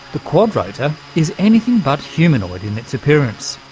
the quadrotor is anything but humanoid in its appearance.